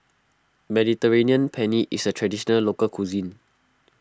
Mediterranean Penne is a Traditional Local Cuisine